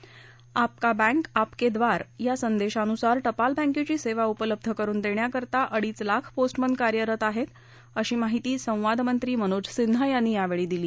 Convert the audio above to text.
आप का बँक आप के द्वार या संदेशानुसार टपाल बँकेची सेवा उपलब्ध करुन देण्याकरता अडीच लाख पोस्टमन कार्यरत आहेत अशी माहिती संवाद मंत्री मनोज सिन्हा यांनी यावेळी दिली